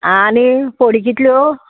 आनी फोडी कितल्यो